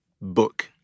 book